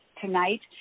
tonight